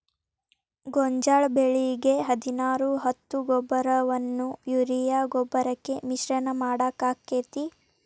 ಗೋಂಜಾಳ ಬೆಳಿಗೆ ಹದಿನಾರು ಹತ್ತು ಗೊಬ್ಬರವನ್ನು ಯೂರಿಯಾ ಗೊಬ್ಬರಕ್ಕೆ ಮಿಶ್ರಣ ಮಾಡಾಕ ಆಕ್ಕೆತಿ?